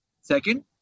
Second